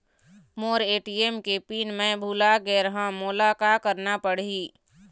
मोर ATM के PIN मैं भुला गैर ह, मोला का करना पढ़ही?